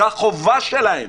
זו החובה שלהם.